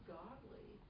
godly